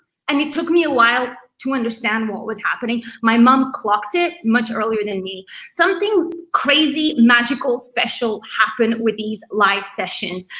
and it took me a while to understand what was happening. my mom clocked it much earlier than me something crazy, magical, special happened with these live sessions.